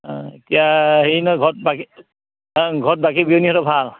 অ এতিয়া হেৰি ন ঘৰত বাকী অ ঘৰত বাকী বিয়নীহঁতৰ ভাল